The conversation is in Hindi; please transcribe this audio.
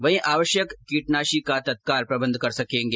वहीं आवश्यक कीटनाशी का तत्काल प्रबंध कर सकेंगे